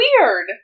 weird